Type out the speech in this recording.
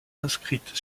inscrite